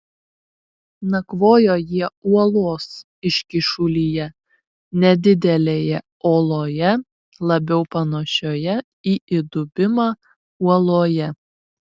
nakvojo jie uolos iškyšulyje nedidelėje oloje labiau panašioje į įdubimą uoloje